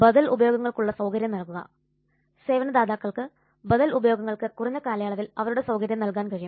ബദൽ ഉപയോഗങ്ങൾക്കുള്ള സൌകര്യം നൽകുക സേവനദാതാക്കൾക്ക് ബദൽ ഉപയോഗങ്ങൾക്ക് കുറഞ്ഞ കാലയളവിൽ അവരുടെ സൌകര്യം നൽകാൻ കഴിയും